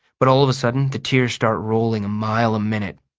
but all of a sudden the tears start rolling a mile a minute.